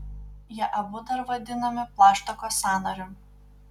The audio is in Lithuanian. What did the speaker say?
jie abu dar vadinami plaštakos sąnariu